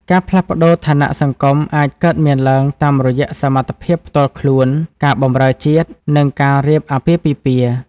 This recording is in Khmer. ការផ្លាស់ប្តូរឋានៈសង្គមអាចកើតមានឡើងតាមរយៈសមត្ថភាពផ្ទាល់ខ្លួន ការបម្រើជាតិ និងការរៀបអាពាហ៍ពិពាហ៍។